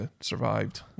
survived